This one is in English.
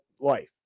life